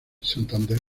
santander